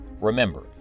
Remember